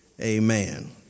Amen